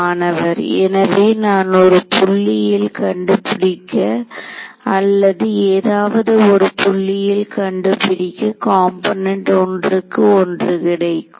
மாணவர் எனவே நான் ஒரு புள்ளியில் கண்டுபிடிக்க அல்லது ஏதாவது ஒரு புள்ளியில் கண்டுபிடிக்க காம்போனென்ட் 1 க்கு 1 கிடைக்கும்